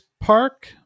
park